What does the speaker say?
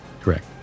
Correct